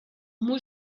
muy